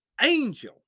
angel